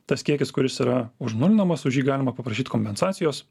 tas kiekis kuris yra užnulinamas už jį galima paprašyt kompensacijos